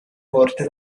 volte